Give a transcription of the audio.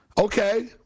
Okay